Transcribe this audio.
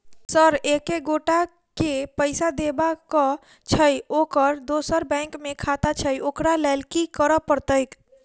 Sir एक एगोटा केँ पैसा देबाक छैय ओकर दोसर बैंक मे खाता छैय ओकरा लैल की करपरतैय?